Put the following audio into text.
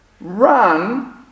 Run